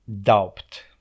Doubt